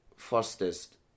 fastest